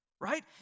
Right